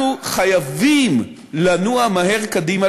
אנחנו חייבים לנוע מהר קדימה,